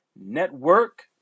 network